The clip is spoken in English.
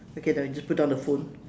okay then we just put down the phone